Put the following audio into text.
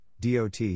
DOT